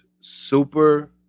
super